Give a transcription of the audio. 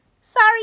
Sorry